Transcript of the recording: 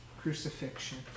crucifixion